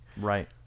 Right